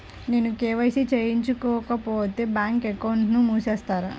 నేను కే.వై.సి చేయించుకోకపోతే బ్యాంక్ అకౌంట్ను మూసివేస్తారా?